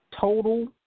total